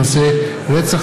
אדוני היושב-ראש,